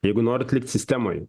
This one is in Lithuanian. jeigu norit likt sistemoj